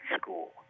school